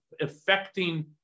affecting